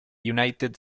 united